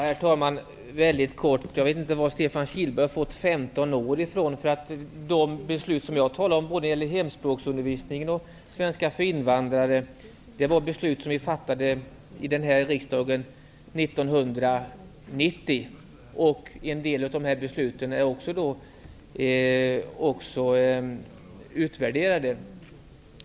Herr talman! Jag skall fatta mig kort. Jag vet inte var Stefan Kihlberg har fått 15 år ifrån. De beslut som jag talar om när det gäller både hemspråksundervisning och undervisning i svenska för invandrare fattade vi i riksdagen 1990. En del av dessa beslut är också utvärderade.